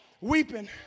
weeping